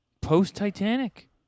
Post-Titanic